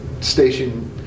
station